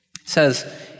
says